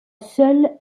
seule